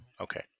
okay